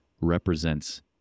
represents